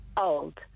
Old